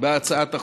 בהצעת החוק.